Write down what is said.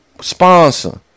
sponsor